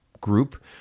group